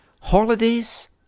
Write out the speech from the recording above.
Holidays